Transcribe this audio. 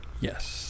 Yes